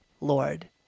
Lord